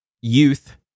youth